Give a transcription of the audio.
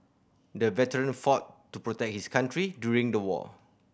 the veteran fought to protect his country during the war